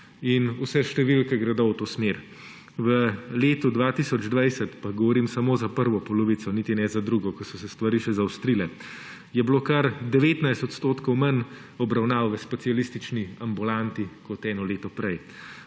in vse številke gredo v to smer. V letu 2020 – pa govorim samo za prvo polovico, niti ne za drugo, kjer so se stvari še zaostrile – je bilo kar 19 % manj obravnav v specialistični ambulanti kot eno leto prej.